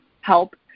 help